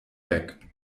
weg